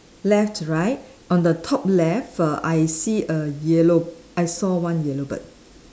left right on the top left err I see a yellow I saw one yellow bird